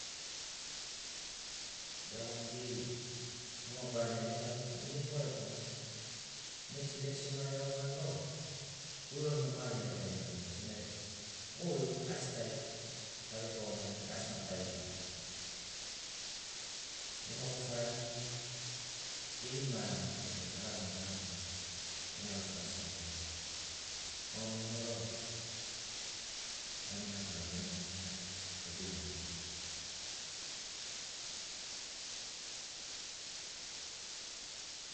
Geiagoni geri numa baranai getanuni, goi getugarekwamuni, neks ileksin ma geiagomani vau goi uramuna ma geraga genogoini, senagi goi asi ta tavetugamagini asi maki taribani. Gema gofarani mogo gevini maranato be ta gabini ta gabini mogo, gena lakava asi ta tugamagiani. Moga murinai vau mamina ta gabiani monana be dei gena dika